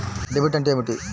Debit అంటే ఏమిటి?